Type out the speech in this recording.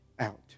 out